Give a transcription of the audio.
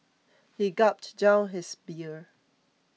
he gulped down his beer